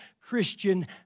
Christian